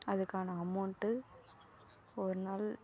அதுக்கான அமௌண்ட்டு ஒரு நாள்